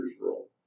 role